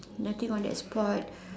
nothing on that spot